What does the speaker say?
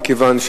מכיוון,